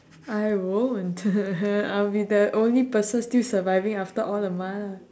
I won't I'll be the only person still surviving after all the mala